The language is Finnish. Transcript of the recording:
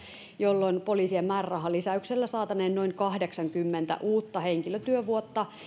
jolloin poliisien määrärahalisäyksellä saataneen noin kahdeksankymmentä uutta henkilötyövuotta